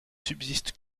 subsiste